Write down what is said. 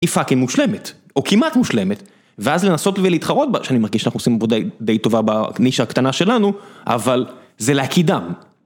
היא פאקינג מושלמת, או כמעט מושלמת, ואז לנסות ולהתחרות בה, כשאני מרגיש שאנחנו עושים פה עבודה די טובה בנישה הקטנה שלנו, אבל זה להקיא דם.